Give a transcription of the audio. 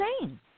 insane